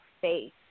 faith